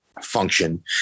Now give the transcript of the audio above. function